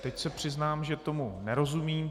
Teď se přiznám, že tomu nerozumím.